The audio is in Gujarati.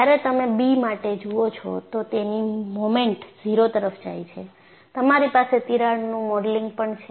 જ્યારે તમે b માટે જુઓ છો તો તેની મોમેન્ટ 0 તરફ જાય છે તમારી પાસે તિરાડનું મોડેલિંગ પણ છે